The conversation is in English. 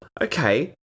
okay